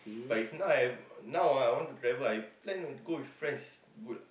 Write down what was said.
but if now I now ah I want to travel I plan to go with friends is good ah